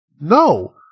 No